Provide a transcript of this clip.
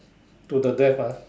to the death ah